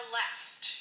left